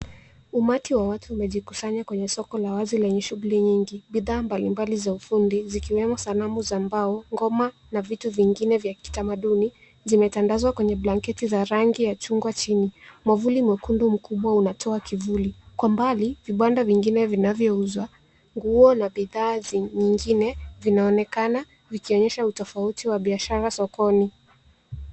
Umati wa watu umejikusanya kwenye soko la wazi lenye shughuli nyingi. Bidhaa mbalimbali za ufundi zikiwemo sanamu za mbao, ngoma na vitu vingine vya kitamaduni zimetandazwa kwenye blanketi za rangi ya chungwa chini. Mwavuli mkubwa mwekundu unatoa kivuli, kwa umbali vibanda vingine vinavyouza nguo na bidhaa nyingine vinaonekana vikionyesha utofauti wa biashara sokoni.